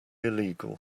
illegal